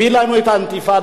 הביא לנו את האינתיפאדה,